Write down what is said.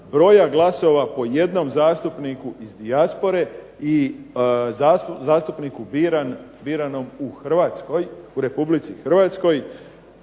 broja glasova po jednom zastupniku iz dijaspore i zastupniku biranom u Hrvatskoj, u RH, postojat